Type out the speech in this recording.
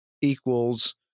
equals